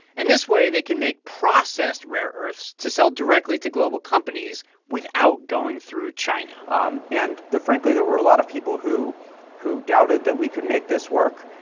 and this way they can make processed rare earths to sell directly to global companies without going through china um and, frankly, there were a lot of people who who doubted that we could make this work.